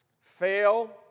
Fail